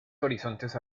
horizontes